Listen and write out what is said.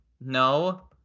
No